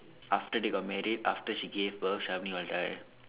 after they got married after she gave birth Shamini will die